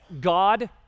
God